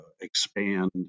expand